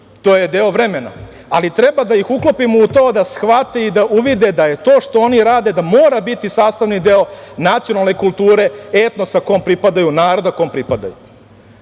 To je deo vremena. Ali treba ih uklopimo u to da shvate i da uvide da je to što oni rade da mora biti sastavni deo nacionalne kulture etnosa kom pripadaju, naroda kom pripadaju.